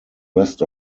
west